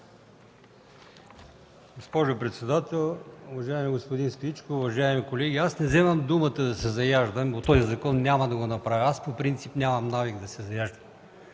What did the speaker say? господин Стоичков, уважаеми колеги! Аз не вземам думата да се заяждам по този закон. Няма да го направя! По принцип нямам навик да се заяждам.